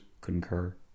concur